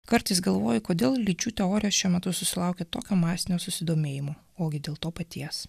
kartais galvoju kodėl lyčių teorijos šiuo metu susilaukia tokio masinio susidomėjimo ogi dėl to paties